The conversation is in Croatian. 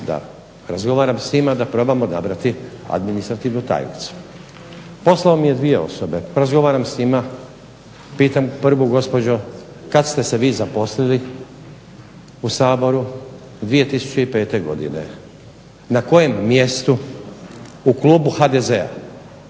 da razgovaram s njima, da probam odabrati administrativnu tajnicu, posao mi je dvije osobe, razgovaram s njima, pitam prvu gospođo kada ste se vi zaposlili u Saboru, 2005. godine. Na kojem mjestu, u Klubu HDZ-a.